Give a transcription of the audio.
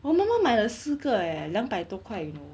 我妈妈买了四个 eh 两百多块 you know